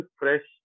fresh